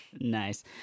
Nice